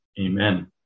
Amen